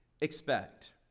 expect